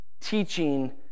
teaching